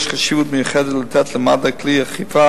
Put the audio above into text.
יש חשיבות מיוחדת לתת למד"א כלי אכיפה